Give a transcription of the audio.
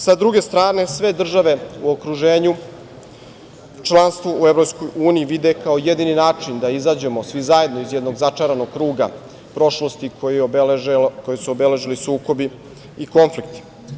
Sa druge strane sve države u okruženju članstvo u EU vide kao jedini način da izađemo svi zajedno iz jednog začaranog kruga prošlosti koji su obeležili sukobi i konflikti.